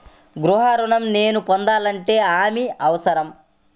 గృహ ఋణం నేను పొందాలంటే హామీ అవసరమా?